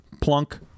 Plunk